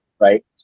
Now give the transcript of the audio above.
Right